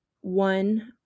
one